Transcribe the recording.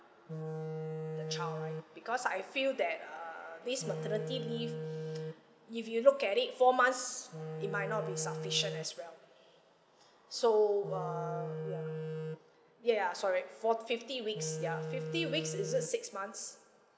the child right because I feel that err this maternity leave if you look at it four months it might not be sufficient as well so um ya ya ya sorry four fifty weeks ya fifty weeks is it six months